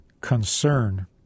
concern